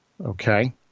Okay